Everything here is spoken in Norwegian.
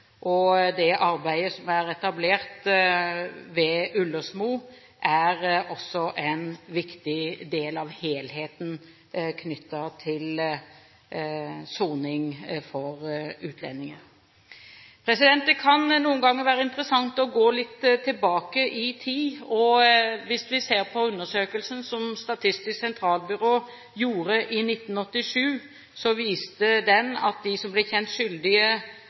Det arbeidet som er etablert ved Ullersmo, er også en viktig del av helheten knyttet til soning for utlendinger. Det kan noen ganger være interessant å gå litt tilbake i tid. Undersøkelsen som Statistisk sentralbyrå gjorde i 1987, viste at halvparten av dem som ble kjent skyldige